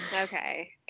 Okay